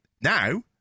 now